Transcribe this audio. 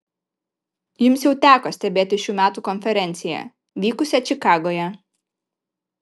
jums jau teko stebėti šių metų konferenciją vykusią čikagoje